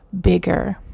bigger